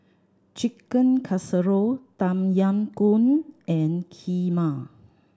Chicken Casserole Tom Yam Goong and Kheema